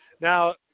Now